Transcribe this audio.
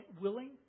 willing